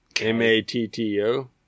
M-A-T-T-O